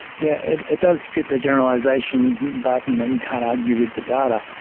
yeah it it does fit the generalisation, but you know you can't argue with the data.